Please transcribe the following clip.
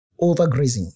Overgrazing